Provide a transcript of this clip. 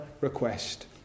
request